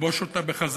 ולכבוש אותה בחזרה.